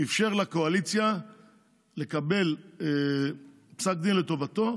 אפשר לקואליציה לקבל פסק דין לטובתו.